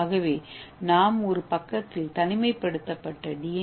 ஆகவே நாம் ஒரு பக்கத்தில் ஒரு தனிமைப்படுத்தப்பட்ட டி